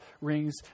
rings